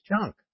junk